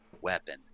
weapon